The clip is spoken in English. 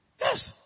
Yes